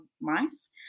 mice